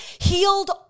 healed